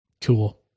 Cool